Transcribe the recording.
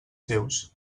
seus